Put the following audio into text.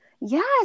Yes